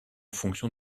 fonction